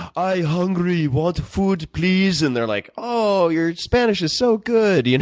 i hungry. want food please, and they're like, oh, you're spanish is so good, you know,